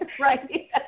right